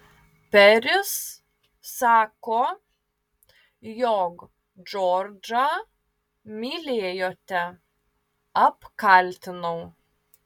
peris sako jog džordžą mylėjote apkaltinau